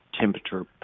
Temperature